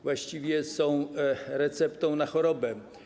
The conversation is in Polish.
Właściwie są receptą na chorobę.